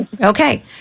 Okay